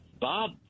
Bob